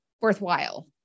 worthwhile